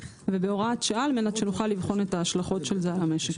ובהוראת שעה על מנת שנוכל לבחון את ההשלכות של זה על המשק.